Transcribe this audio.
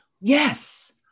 Yes